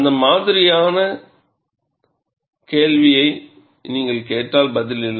அந்த மாதிரியான கேள்வியை நீங்கள் கேட்டால் பதில் இல்லை